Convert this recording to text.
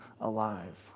alive